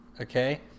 Okay